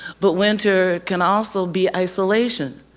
but winter can also be isolation,